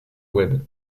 web